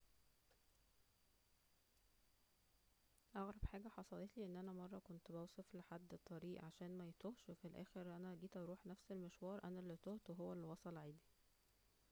اغرب حاجة حصلتلي أن أنا مره كنت بوصف الطريق لحد عشان ميتوهش وفي الاخر أنا جيت اروح نفس المشوار أنا اللي تهت وهو وصل عادي